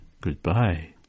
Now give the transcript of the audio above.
goodbye